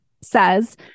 says